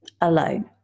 alone